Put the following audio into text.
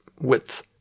width